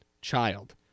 child